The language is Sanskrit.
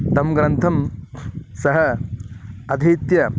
तं ग्रन्थं सः अधीत्य